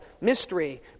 Mystery